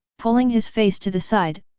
pulling his face to the side,